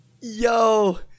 yo